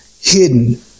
hidden